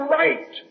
right